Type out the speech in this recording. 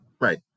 Right